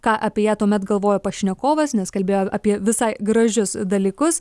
ką apie ją tuomet galvojo pašnekovas nes kalbėjo apie visai gražius dalykus